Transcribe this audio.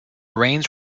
rains